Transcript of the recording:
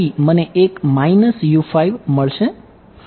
અહીં મને એક મળશે